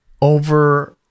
over